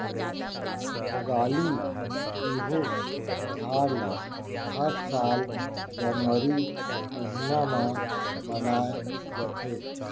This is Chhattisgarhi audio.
भोगाली बिहू तिहार ल हर साल जनवरी महिना म मनाए जाथे